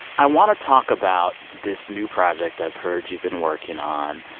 i want to talk about this new project i've heard you've been working on.